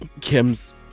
Kim's